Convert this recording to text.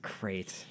Great